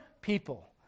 people